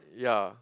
yea